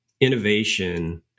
innovation